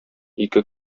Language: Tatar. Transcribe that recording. ике